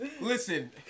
Listen